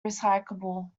recyclable